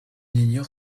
ignore